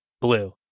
blue